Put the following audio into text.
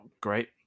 great